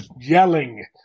yelling